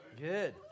Good